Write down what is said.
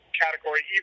category